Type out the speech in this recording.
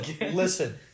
Listen